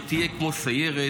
שתהיה כמו סיירת.